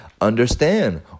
Understand